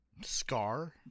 Scar